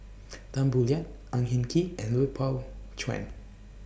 Tan Boo Liat Ang Hin Kee and Lui Pao Chuen